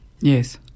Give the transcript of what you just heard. Yes